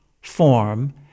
form